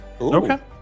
Okay